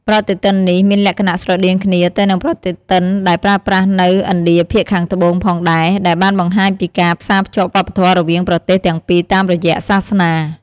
ប្រតិទិននេះមានលក្ខណៈស្រដៀងគ្នាទៅនឹងប្រតិទិនដែលប្រើប្រាស់នៅ ឥណ្ឌាភាគខាងត្បូង ផងដែរ ដែលបានបង្ហាញពីការផ្សារភ្ជាប់វប្បធម៌រវាងប្រទេសទាំងពីរតាមរយៈសាសនា។